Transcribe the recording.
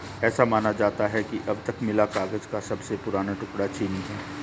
ऐसा माना जाता है कि अब तक मिला कागज का सबसे पुराना टुकड़ा चीनी है